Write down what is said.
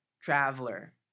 traveler